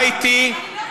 מה איתי?